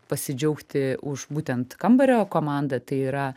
pasidžiaugti už būtent kambario komandą tai yra